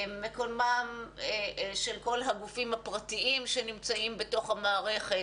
מקומם של כל הגופים הפרטיים שנמצאים בתוך המערכת.